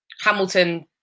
Hamilton